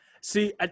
See